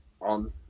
on